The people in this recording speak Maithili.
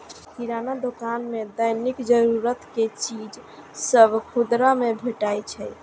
किराना दोकान मे दैनिक जरूरत के चीज सभ खुदरा मे भेटै छै